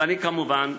ואני, כמובן,